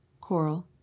coral